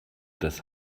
des